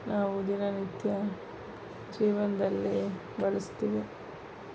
ನಾವು ದಿನನಿತ್ಯ ಜೀವನದಲ್ಲಿ ಬಳಸ್ತೀವಿ